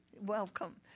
Welcome